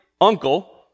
uncle